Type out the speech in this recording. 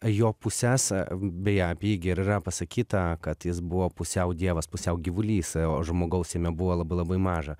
jo puses beje apie jį gi ir yra pasakyta kad jis buvo pusiau dievas pusiau gyvulys o žmogaus jame buvo labai labai maža